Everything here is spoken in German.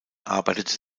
arbeitete